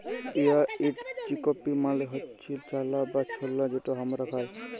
white chickpea মালে হচ্যে চালা বা ছলা যেটা হামরা খাই